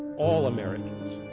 all americans,